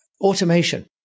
automation